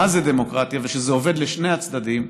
זה דמוקרטיה ושזה עובד לשני הצדדים,